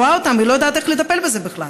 היא רואה אותן אבל לא יודעת איך לטפל בזה בכלל.